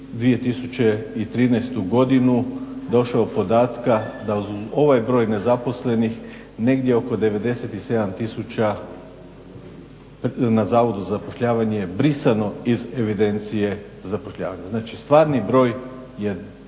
2013. godinu došao do podatka da uz ovaj broj nezaposlenih, negdje oko 97 tisuća na Zavodu za zapošljavanje je brisano iz evidencije za zapošljavanje. Znači stvarni broj je